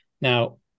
Now